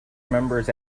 members